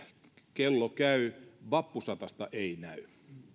kello käy vappusatasta ei näy